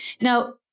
Now